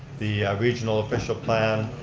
the regional official plan,